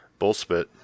Bullspit